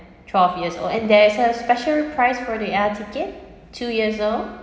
twelve years old and there is a special price for the air ticket two years old